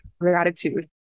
gratitude